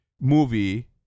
movie